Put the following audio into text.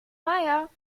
meier